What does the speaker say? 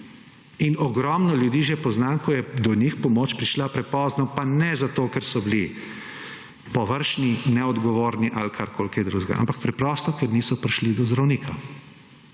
in ogromno ljudi že poznam, ko je do njih pomoč prišla prepozno, pa ne zato, ker so bili površni, neodgovorni, ali karkoli kaj drugega, ampak preprosto ker niso prišli do zdravnika.